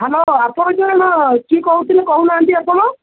hello ଆପଣ କିଏ ନା କିଏ କହୁଥିଲେ କହୁ ନାହାଁନ୍ତି ଆପଣ